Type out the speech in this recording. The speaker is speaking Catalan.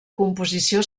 composició